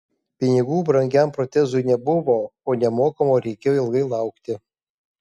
pinigų brangiam protezui nebuvo o nemokamo reikėjo ilgai laukti